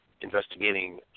investigating